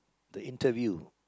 the interview